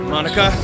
Monica